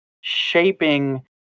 shaping